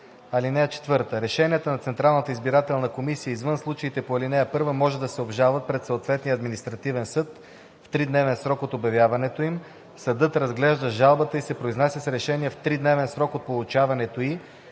избирателна комисия, извън случаите по ал. 1, може да се обжалват пред съответния административен съд в тридневен срок от обявяването им. Съдът разглежда жалбата и се произнася с решение в тридневен срок от получаването й